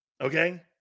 Okay